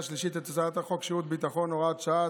שלישית את הצעת חוק שירות ביטחון (הוראת שעה)